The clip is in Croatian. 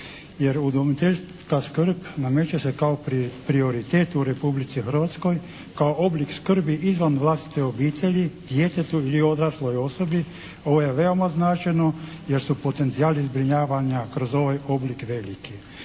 jer udomiteljska skrb nameće se kao prioritet u Republici Hrvatskoj, kao oblik skrbi izvan vlastite obitelji, djetetu ili odrasloj osobi. Ovo je veoma značajno jer su potencijali zbrinjavanja kroz ovaj oblik veliki.